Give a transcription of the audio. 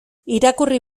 irakurri